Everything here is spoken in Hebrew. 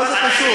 מה זה קשור?